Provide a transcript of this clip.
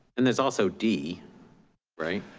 and there's also d right,